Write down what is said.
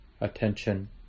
attention